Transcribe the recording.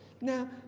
Now